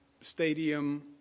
stadium